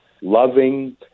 loving